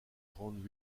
grande